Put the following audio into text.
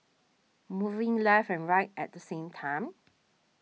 moving left and right at the same time